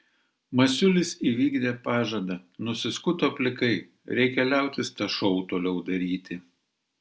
masiulis įvykdė pažadą nusiskuto plikai reikia liautis tą šou toliau daryti